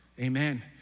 Amen